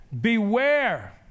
Beware